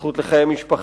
זכות לחיי משפחה,